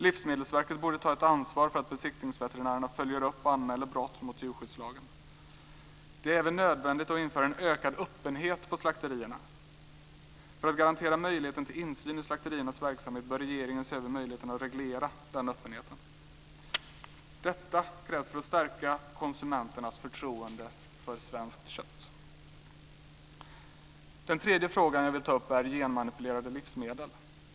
Livsmedelsverket borde ta ett ansvar för att besiktningsveterinärerna följer upp och anmäler brott mot djurskyddslagen. Det är även nödvändigt att införa en ökad öppenhet på slakterierna. För att garantera möjligheten till insyn i slakteriernas verksamhet bör regeringen se över möjligheten att reglera den öppenheten. Detta krävs för att stärka konsumenternas förtroende för svenskt kött. Den tredje frågan som jag vill ta upp gäller genmanipulerade livsmedel.